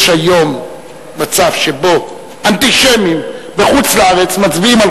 יש היום מצב שבו אנטישמים בחוץ-לארץ מצביעים על